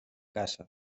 caça